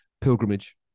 pilgrimage